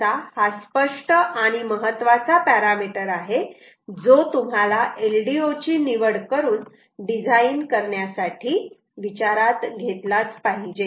असा हा स्पष्ट आणि महत्त्वाचा पॅरामिटर आहे जो तुम्हाला LDO ची निवड करून डिझाईन करण्यासाठी विचारात घेतलाच पाहिजे